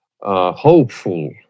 hopeful